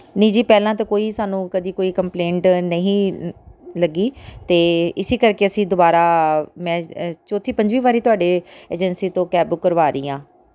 ਨਹੀਂ ਜੀ ਪਹਿਲਾਂ ਤਾਂ ਕੋਈ ਸਾਨੂੰ ਕਦੀ ਕੋਈ ਕੰਪਲੇਂਟ ਨਹੀਂ ਲੱਗੀ ਅਤੇ ਇਸ ਕਰਕੇ ਅਸੀਂ ਦੁਬਾਰਾ ਮੈਂ ਚੌਥੀ ਪੰਜਵੀਂ ਵਾਰੀ ਤੁਹਾਡੇ ਏਜੰਸੀ ਤੋਂ ਕੈਬ ਬੁਕ ਕਰਵਾ ਰਹੀ ਹਾਂ